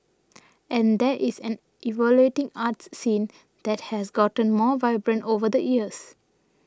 and there is an evolving arts scene that has gotten more vibrant over the years